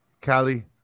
Callie